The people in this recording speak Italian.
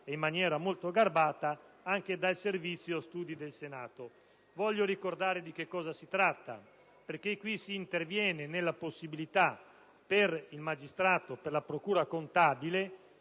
e in maniera molto garbata, anche dal Servizio studi del Senato. Voglio ricordarvi di cosa si tratta, perché qui si interviene sulla possibilità, per il magistrato della procura contabile,